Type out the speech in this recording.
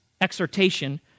exhortation